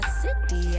city